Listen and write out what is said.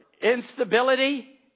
Instability